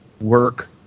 work